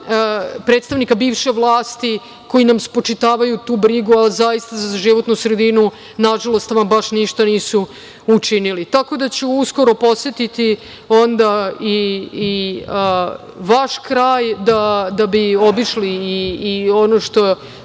predstavnika bivše vlasti koji nam spočitavaju tu brigu a, zaista, za životnu sredinu, nažalost, ama baš ništa nisu učinili. Tako da ću uskoro posetiti onda i vaš kraj, da bi obišli i ono što